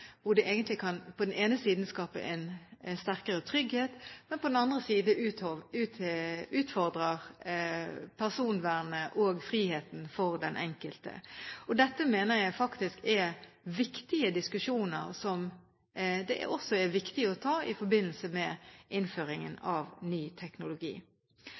den ene siden kan skape en sterkere trygghet, men på den annen side utfordrer personvernet og friheten for den enkelte. Dette mener jeg faktisk er diskusjoner som det er viktig å ta i forbindelse med innføringen av ny teknologi.